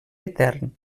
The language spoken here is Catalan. etern